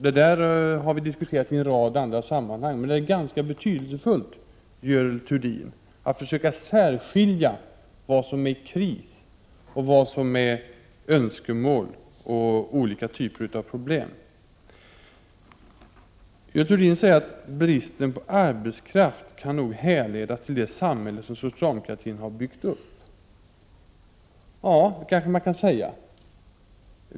Det har vi diskuterat i en rad andra sammanhang, men det är, Görel Thurdin, ganska betydelsefullt att försöka särskilja vad som är kris, vad som är önskemål och vad som är olika typer av problem. Görel Thurdin säger att bristen på arbetskraft nog kan härledas till det samhälle som socialdemokraterna har byggt upp. Ja, det kanske man kan säga.